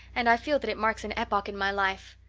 and i feel that it marks an epoch in my life.